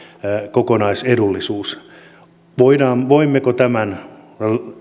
kokonaisedullisuus voimmeko tämän